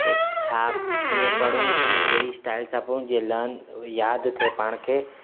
कि छा कीअं पढूं अने कहिड़ी स्टाइल सां पढूं जीअं लर्न उहे यादि थिए पाण खे